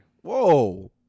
Whoa